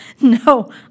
No